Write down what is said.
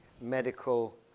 medical